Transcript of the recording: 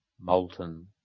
molten